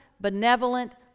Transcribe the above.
benevolent